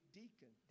deacon